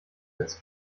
als